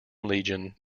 legion